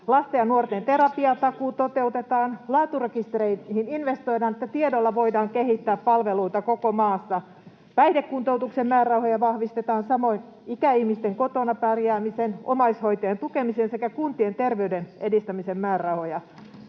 lasten ja nuorten terapiatakuu toteutetaan, laaturekistereihin investoidaan, että tiedolla voidaan kehittää palveluita koko maassa, päihdekuntoutuksen määrärahoja vahvistetaan, samoin ikäihmisten kotona pärjäämisen, omaishoitajien tukemisen sekä kuntien terveyden edistämisen määrärahoja.